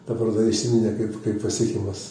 ta paroda įsiminė kaip pasiekimas